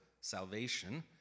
salvation